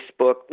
Facebook